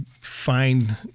find